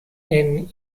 and